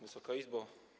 Wysoka Izbo!